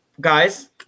Guys